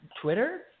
Twitter